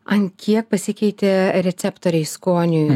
ant kiek pasikeitė receptoriai skoniui